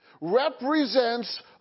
represents